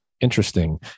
Interesting